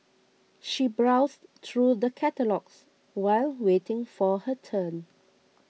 she browsed through the catalogues while waiting for her turn